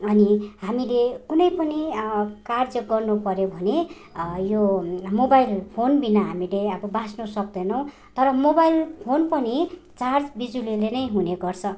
अनि हामीले कुनै पनि कार्य गर्नु पर्यो भने यो मोबाइल फोनविना हामीले अब बाँच्न सक्दैनौँ तर मोबाइल फोन पनि चार्ज बिजुलीले नै हुने गर्छ